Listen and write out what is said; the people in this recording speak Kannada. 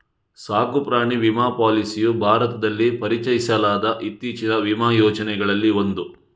ಸಾಕು ಪ್ರಾಣಿ ವಿಮಾ ಪಾಲಿಸಿಯು ಭಾರತದಲ್ಲಿ ಪರಿಚಯಿಸಲಾದ ಇತ್ತೀಚಿನ ವಿಮಾ ಯೋಜನೆಗಳಲ್ಲಿ ಒಂದು